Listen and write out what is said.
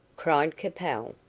cried capel,